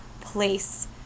place